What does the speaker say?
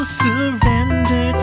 surrender